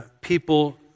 People